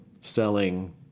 selling